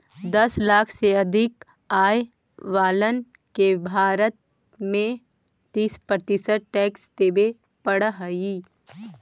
दस लाख से अधिक आय वालन के भारत में तीस प्रतिशत टैक्स देवे पड़ऽ हई